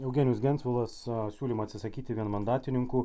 eugenijus gentvilas siūlymą atsisakyti vienmandatininkų